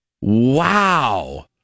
wow